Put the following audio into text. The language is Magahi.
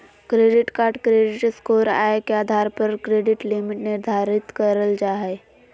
क्रेडिट कार्ड क्रेडिट स्कोर, आय के आधार पर क्रेडिट लिमिट निर्धारित कयल जा हइ